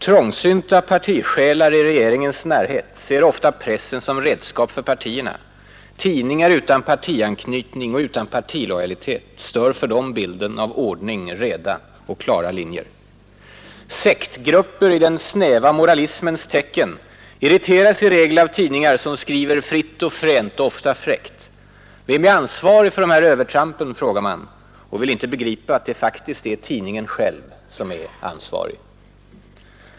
Trångsynta partisjälar i regeringens närhet ser ofta pressen som redskap för partierna; tidningar utan partianknytning och utan partilojalitet stör för dem bilden av ordning, reda och klara linjer. Sektgrupper i den snäva moralismens tecken irriteras i regel av tidningar som skriver fritt och fränt och ofta fräckt. Vem är ansvarig för dessa övertramp, frågar man och vill inte begripa att det faktiskt är tidningen själv som är ansvarig.